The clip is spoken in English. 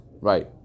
Right